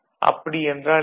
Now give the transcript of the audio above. அப்படி என்றால் என்ன